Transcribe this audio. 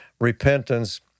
repentance